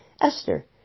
Esther